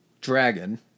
Dragon